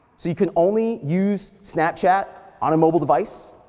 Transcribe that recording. so you can only use snapchat on a mobile device.